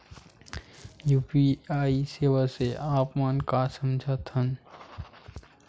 UPI सेवा से आप मन का समझ थान?